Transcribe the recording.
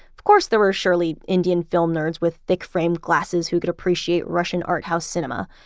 of course, there were surely indian film nerds with thick framed glasses who could appreciate russian art house cinema,